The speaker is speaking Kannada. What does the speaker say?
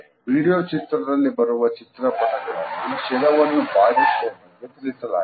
ವಿಡಿಯೋ ಚಿತ್ರದಲ್ಲಿ ಬರುವ ಚಿತ್ರಪಟಗಳಲ್ಲಿ ಶಿರವನ್ನು ಬಾಗಿಸುವ ಬಗ್ಗೆ ತಿಳಿಸಲಾಗಿದೆ